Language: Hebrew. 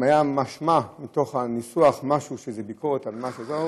אם היה משמע מתוך הניסוח שיש איזו ביקורת על משהו,